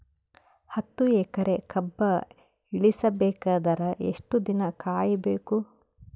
ಹತ್ತು ಎಕರೆ ಕಬ್ಬ ಇಳಿಸ ಬೇಕಾದರ ಎಷ್ಟು ದಿನ ಕಾಯಿ ಬೇಕು?